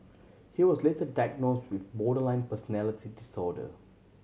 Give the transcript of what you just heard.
he was later diagnose with borderline personality disorder